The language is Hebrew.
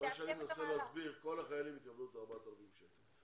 כל החיילים יקבלו את ה-4,000 שקלים.